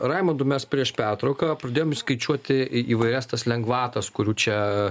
raimundu mes prieš pertrauką pradėjom įskaičiuoti įvairias tos lengvatas kurių čia